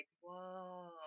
whoa